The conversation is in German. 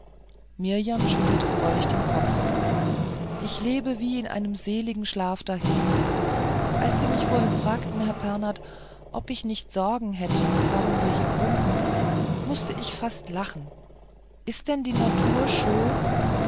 schüttelte freudig den kopf ich lebe wie in einem seligen schlaf dahin als sie mich vorhin fragten herr pernath ob ich nicht sorgen hätte und warum wir hier wohnten mußte ich fast lachen ist denn die natur schön